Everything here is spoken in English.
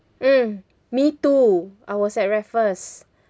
mm me too I was at raffles